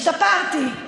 השתפרתי.